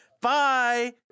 bye